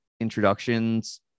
Introductions